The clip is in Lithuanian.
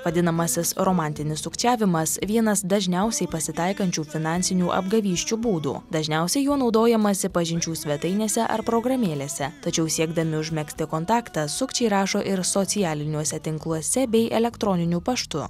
vadinamasis romantinis sukčiavimas vienas dažniausiai pasitaikančių finansinių apgavysčių būdų dažniausiai juo naudojamasi pažinčių svetainėse ar programėlėse tačiau siekdami užmegzti kontaktą sukčiai rašo ir socialiniuose tinkluose bei elektroniniu paštu